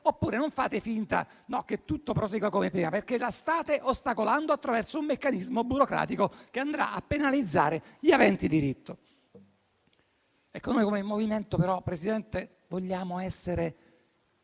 oppure non fate finta che tutto prosegua come prima, perché la state ostacolando attraverso un meccanismo burocratico, che andrà a penalizzare gli aventi diritto. Noi, come MoVimento 5 Stelle, Presidente, vogliamo essere